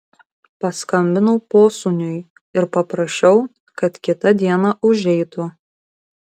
paskambinau posūniui ir paprašiau kad kitą dieną užeitų